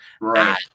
Right